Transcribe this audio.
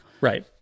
right